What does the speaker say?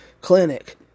clinic